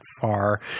far